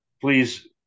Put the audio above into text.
Please